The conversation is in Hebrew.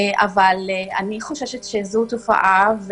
אך אני חוששת שזו תופעה,